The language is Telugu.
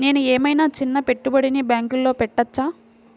నేను ఏమయినా చిన్న పెట్టుబడిని బ్యాంక్లో పెట్టచ్చా?